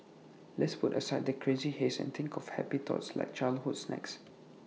let's put aside the crazy haze and think of happy thoughts like childhood snacks